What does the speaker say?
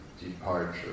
departure